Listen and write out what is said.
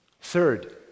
Third